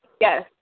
Yes